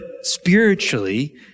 spiritually